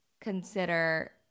consider